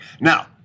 Now